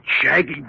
shaggy